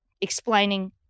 explaining